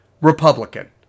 Republican